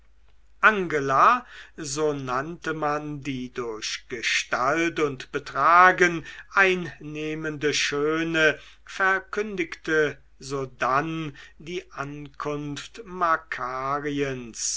durch gestalt und betragen einnehmende schöne verkündigte sodann die ankunft